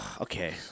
Okay